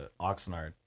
Oxnard